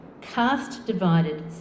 caste-divided